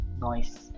Noise